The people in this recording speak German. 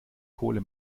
kohle